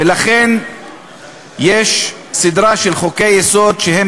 ולכן יש סדרה של חוקי-יסוד שצריכים